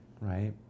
right